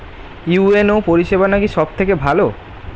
UNO পরিসেবা নাকি সব থেকে ভালো?